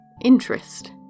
interest